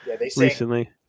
recently